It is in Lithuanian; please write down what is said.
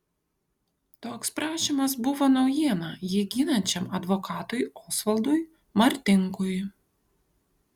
toks prašymas buvo naujiena jį ginančiam advokatui osvaldui martinkui